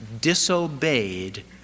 disobeyed